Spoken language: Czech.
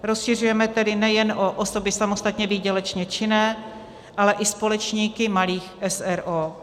Rozšiřujeme tedy nejen o osoby samostatně výdělečně činné, ale i společníky malých s. r. o.